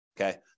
Okay